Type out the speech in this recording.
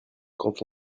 quand